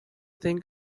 think